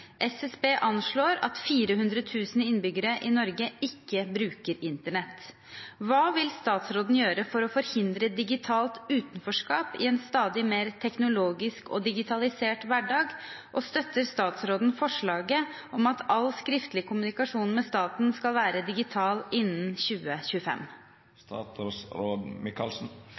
SSB anslår at 400 000 innbyggere i Norge ikke bruker internett. Hva vil statsråden gjøre for å forhindre digitalt utenforskap i en stadig mer teknologisk og digitalisert hverdag, og støtter hun forslaget om at all skriftlig kommunikasjon med staten skal være digital innen 2025?»